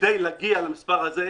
כדי להגיע לסכום הזה,